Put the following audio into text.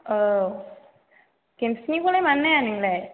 औ गेमस्रिनिखौलाय मानो नाया नोंलाय